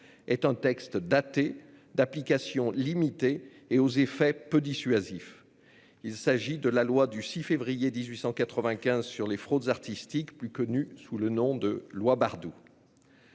est un texte daté, d'application limitée et aux effets peu dissuasifs. Il s'agit de la loi du 9 février 1895 sur les fraudes en matière artistique, plus connue sous le nom de loi Bardoux.